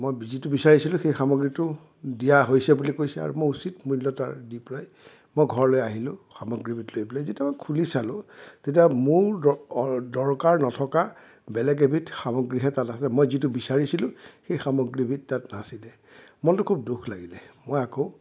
মই যিটো বিচাৰিছিলোঁ সেই সামগ্ৰীটো দিয়া হৈছে বুলি কৈছে আৰু মই উচিত মূল্য তাৰ দি পেলাই মই ঘৰলৈ আহিলোঁ সামগ্ৰীবিধ লৈ পেলাই যেতিয়া মই খুলি চালোঁ তেতিয়া মোৰ দৰকাৰ নথকা বেলেগ এবিধ সামগ্ৰীহে তাত আছে মই যিটো বিচাৰিছিলোঁ সেই সামগ্ৰীবিধ তাত নাছিলে মনটোত খুব দুখ লাগিলে মই আকৌ